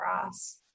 cross